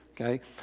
Okay